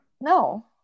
No